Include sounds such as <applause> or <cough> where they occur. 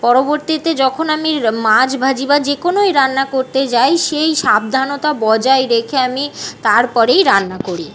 পরবর্তীতে যখন আমি <unintelligible> মাছ ভাজি বা যে কোনোই রান্না করতে যাই সেই সাবধানতা বজায় রেখে আমি তারপরেই রান্না করি